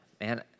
Man